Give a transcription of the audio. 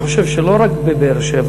אני חושב שלא רק בבאר-שבע,